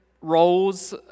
roles